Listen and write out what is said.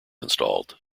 installed